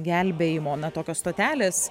gelbėjimo na tokios stotelės